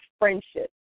friendship